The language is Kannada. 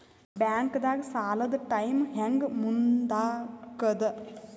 ಬ್ಯಾಂಕ್ದಾಗ ಸಾಲದ ಟೈಮ್ ಹೆಂಗ್ ಮುಂದಾಕದ್?